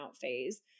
phase